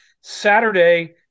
Saturday